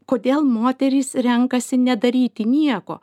kodėl moterys renkasi nedaryti nieko